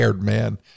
man